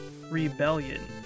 Rebellion